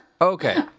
Okay